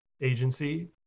agency